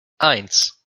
eins